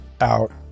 out